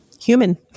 human